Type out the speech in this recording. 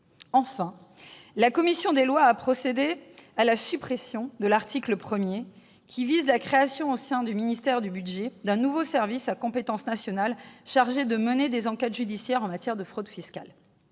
Enfin, la commission des lois a procédé à la suppression de l'article 1, qui vise la création, au sein du ministère du budget, d'un nouveau service à compétence nationale chargé de mener des enquêtes judiciaires en matière de fraude fiscale.